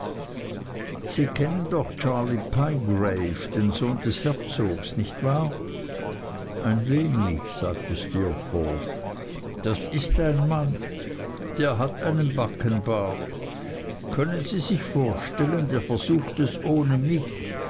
sie kennen doch charley pyegrave den sohn des herzogs nicht wahr ein wenig sagte steerforth das ist ein mann der hat einen backenbart können sie sich vorstellen der versucht es ohne mich